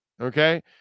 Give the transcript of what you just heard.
Okay